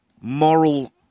moral